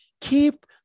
keep